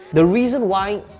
the reason why,